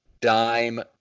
dime